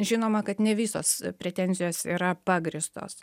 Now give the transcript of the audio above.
žinoma kad ne visos pretenzijos yra pagrįstos